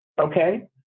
okay